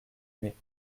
muet